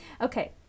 Okay